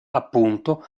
appunto